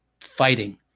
fighting